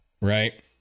right